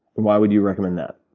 why would you recommend that?